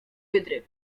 wydry